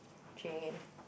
three